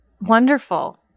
Wonderful